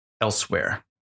elsewhere